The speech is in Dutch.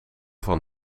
van